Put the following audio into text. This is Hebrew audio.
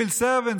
civil servant,